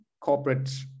corporate